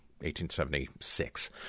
1876